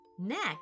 Next